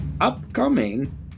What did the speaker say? upcoming